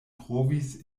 trovis